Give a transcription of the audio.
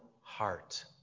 heart